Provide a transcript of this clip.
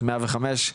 את מוקד 105,